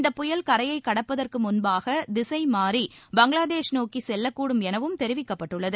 இந்தப்புயல் கரையைக் கடப்பதற்கு முன்பாக திசை மாறி பங்களாதேஷ் நோக்கி செல்லக்கூடும் எனவும் தெரிவிக்கப்பட்டுள்ளது